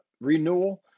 renewal